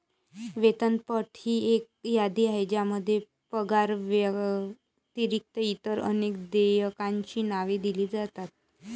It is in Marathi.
वेतनपट ही एक यादी आहे ज्यामध्ये पगाराव्यतिरिक्त इतर अनेक देयकांची नावे दिली जातात